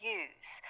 use